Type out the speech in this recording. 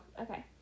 okay